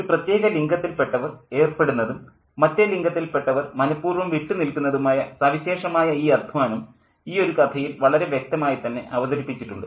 ഒരു പ്രത്യേക ലിംഗത്തിൽ പെട്ടവർ ഏർപ്പെടുന്നതും മറ്റേ ലിംഗത്തിൽ പെട്ടവർ മനഃപൂർവ്വം വിട്ടു നിൽക്കുന്നതുമായ സവിശേഷമായ ഈ അദ്ധ്വാനം ഈയൊരു കഥയിൽ വളരെ വ്യക്തമായി തന്നെ അവതരിപ്പിച്ചിട്ടുണ്ട്